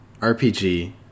RPG